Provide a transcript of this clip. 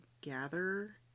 gather